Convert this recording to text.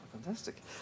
Fantastic